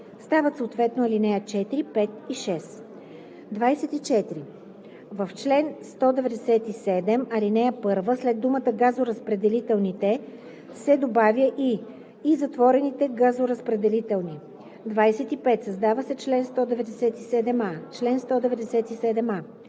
стават съответно ал. 4, 5 и 6. 24. В чл. 197, ал. 1 след думата „газоразпределителните“ се добавя „и затворените газоразпределителни“. 25. Създава се чл. 197а: „Чл. 197а.